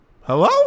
Hello